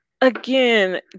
again